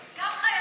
אני, אתם גם,